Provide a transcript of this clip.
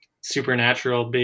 supernatural